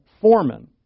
foreman